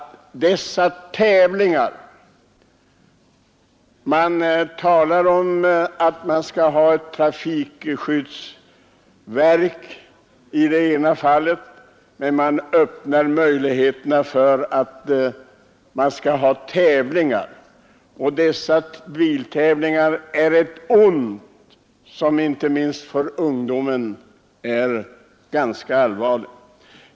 Det har talats om att vi bör ha ett trafikskyddsverk, men samtidigt öppnar man möjligheter för dessa biltävlingar som är ett ont — inte minst för ungdomen är de ganska allvarliga.